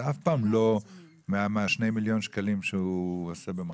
אף פעם לא משני מיליון השקלים שיש לו במחזור.